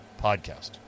podcast